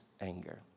anger